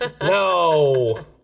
no